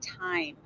time